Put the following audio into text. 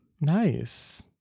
nice